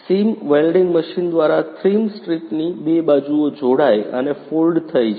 સીમ welding machine દ્વારા થ્રીમ સ્ટ્રીપની 2 બાજુઓ જોડાઇ અને ફોલ્ડ થઈ છે